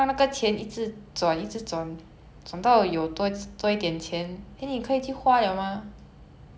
okay but if you want to do something like sel~ !huh!